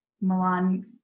Milan